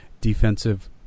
defensive